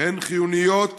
חיוניות